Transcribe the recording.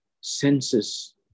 senses